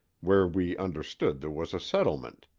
where we understood there was a settlement.